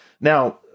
Now